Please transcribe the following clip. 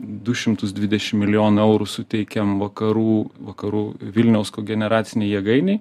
du šimtus dvidešim milijonų eurų suteikiam vakarų vakarų vilniaus kogeneracinei jėgainei